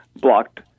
blocked